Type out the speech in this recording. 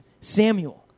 Samuel